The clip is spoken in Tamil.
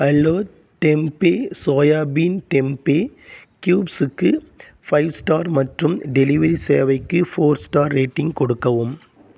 ஹெலோ டெம்பே சோயாபீன் டெம்பே க்யூப்ஸுக்கு ஃபைவ் ஸ்டார் மற்றும் டெலிவரி சேவைக்கு ஃபோர் ஸ்டார் ரேட்டிங் கொடுக்கவும்